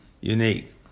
unique